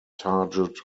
target